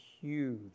huge